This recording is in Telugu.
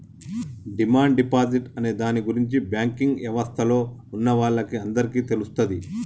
డిమాండ్ డిపాజిట్ అనే దాని గురించి బ్యాంకింగ్ యవస్థలో ఉన్నవాళ్ళకి అందరికీ తెలుస్తది